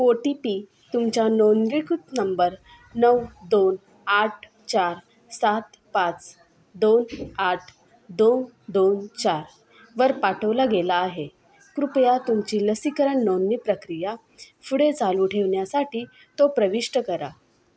ओ T P तुमच्या नोंदणीकृत number नऊ दोन आठ चार सात पाच दोन आठ दोन दोन चारवर पाठवला गेला आहे कृपया तुमची लसीकरण नोंदणी प्रक्रिया पुढे चालू ठेवण्यासाठी तो प्रविष्ट करा